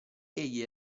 egli